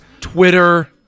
Twitter